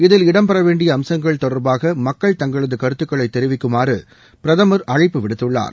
இதில் இடம்பெறவேண்டிய அம்சங்கள் தொடர்பாக மக்கள் தங்களது கருத்துக்களை தெரிவிக்குமாறு பிரதமர் அழைப்பு விடுத்துள்ளார்